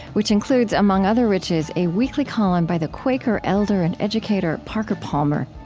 which includes among other riches a weekly column by the quaker elder and educator, parker palmer.